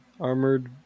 Armored